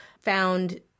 found